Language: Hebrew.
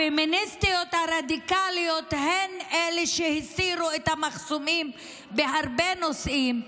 הפמיניסטיות הרדיקליות הן שהסירו את המחסומים בהרבה נושאים,